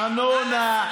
ארנונה,